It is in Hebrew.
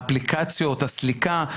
האפליקציות, הסליקה.